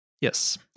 yes